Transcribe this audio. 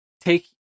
take